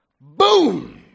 Boom